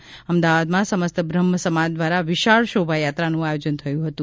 તો અમદાવાદમાં સમસ્ત બ્રહ્મસમાજ દ્વારા વિશાળ શોભાયાત્રાનું આયોજન થયું હતું